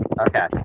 Okay